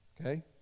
Okay